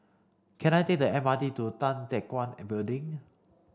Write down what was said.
can I take the M R T to Tan Teck Guan Building